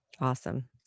Awesome